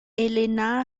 helena